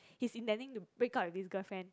he's intending to break up with this girlfriend